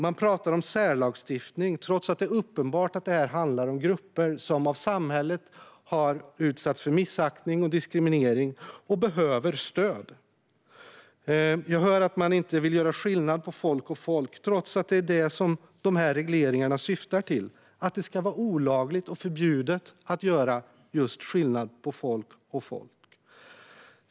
Man pratar om särlagstiftning, trots att det är uppenbart att det här handlar om grupper som av samhället har utsatts för missaktning och diskriminering och behöver stöd. Jag hör att man inte vill göra skillnad på folk och folk, trots att det är det som de här regleringarna syftar till: att det ska vara olagligt och förbjudet att göra just skillnad på folk och folk.